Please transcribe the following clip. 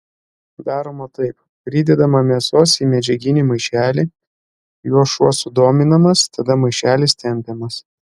daroma taip pridedama mėsos į medžiaginį maišelį juo šuo sudominamas tada maišelis tempiamas